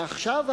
ועכשיו,